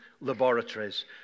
laboratories